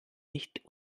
nicht